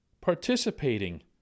participating